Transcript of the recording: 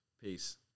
Peace